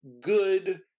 good